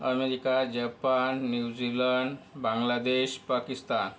America Japan New Zealand Bangladesh Pakistan